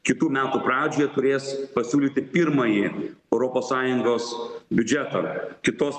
kitų metų pradžioje turės pasiūlyti pirmąjį europos sąjungos biudžetą kitos